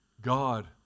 God